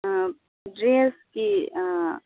ꯗ꯭ꯔꯦꯁꯀꯤ